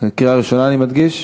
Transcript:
קריאה ראשונה, אני מדגיש.